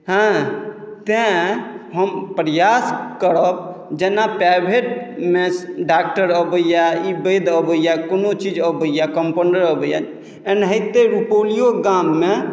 हँ तैँ हम प्रयास करब जेना प्राइवेटमे डॉक्टर अबैए ई वैद्य अबैए कोनो चीज अबैए कम्पाउण्डर अबैए एनेहिते रुपौलियो गाममे